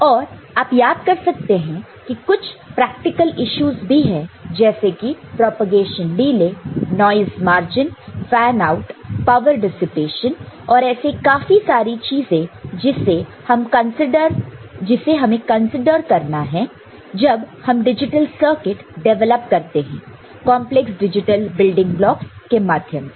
और आप याद कर सकते हैं कि कुछ प्रैक्टिकल इश्यूज भी है जैसे कि propagation delay noise margin fan out power dissipation और ऐसे काफी सारी चीजें जिससे हमें कंसीडर करना है जब हम डिजिटल सर्किट डिवेलप करते हैं कॉन्प्लेक्स डिजिटल बिल्डिंग ब्लॉक्स के माध्यम से